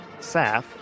Saf